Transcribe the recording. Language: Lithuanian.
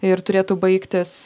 ir turėtų baigtis